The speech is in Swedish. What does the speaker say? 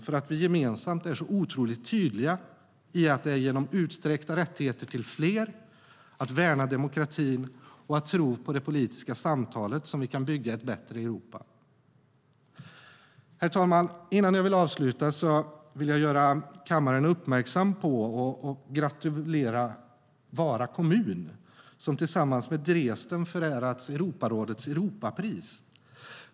Vi är nämligen gemensamt otroligt tydliga med att det är genom utsträckta rättigheter till fler, genom att värna demokratin och genom att tro på det politiska samtalet vi kan bygga ett bättre Europa. Herr talman! Innan jag avslutar vill jag göra kammaren uppmärksam på och gratulera Vara kommun, som tillsammans med Dresden förärats Europarådets Europapris.